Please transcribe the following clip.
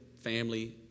family